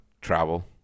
travel